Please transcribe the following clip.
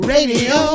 Radio